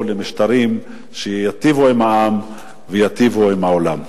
למשטרים שייטיבו עם העם וייטיבו עם העולם.